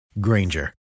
Granger